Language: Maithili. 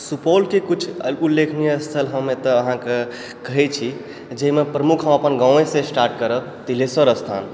सुपौलके किछु उल्लेखनीय स्थल हम एतऽ अहाँके कहै छी जाहिमे प्रमुख हम अपन गामेसँ स्टार्ट करब तिल्हेश्वर स्थान